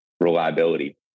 reliability